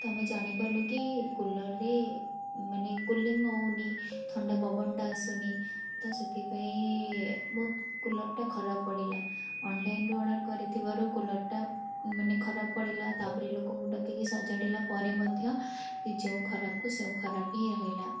ତ ଆମେ ଜାଣିପାରିଲୁ କି କୁଲର୍ ରେ ମାନେ କୁଲିଙ୍ଗ୍ ହେଉନି ଥଣ୍ଡା ପବନଟା ଆସୁନି ତ ସେଥିପାଇଁ ବହୁତ କୁଲର୍ ଟା ଖରାପ ପଡ଼ିଲା ଅନଲାଇନ୍ ରୁ ଅର୍ଡ଼ର୍ କରିଥିବାରୁ କୁଲର୍ ଟା ମାନେ ଖରାପ ପଡ଼ିଲା ତା'ପରେ ଲୋକଙ୍କୁ ଡକେଇକି ସଜାଡ଼ିଲା ପରେ ମଧ୍ୟ ସିଏ ଯେଉଁ ଖରାପକୁ ସେଉଁ ଖରାପ ହିଁ ରହିଲା